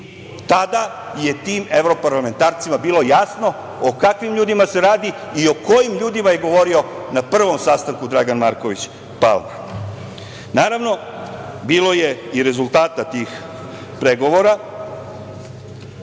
tada je tim evroparlamentarcima bilo jasno o kakvim ljudima se radi i o kojim ljudima je govorio na prvom sastanku Dragan Marković Palma. Naravno, bilo je i rezultata tih pregovora.